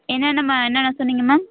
என்னென்னமா என்னென்ன சொன்னிங்க மேம்